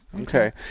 Okay